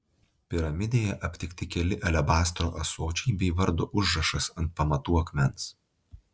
piramidėje aptikti keli alebastro ąsočiai bei vardo užrašas ant pamatų akmens